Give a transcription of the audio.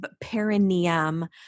perineum